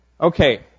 Okay